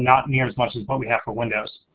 not near as much as what we have for windows.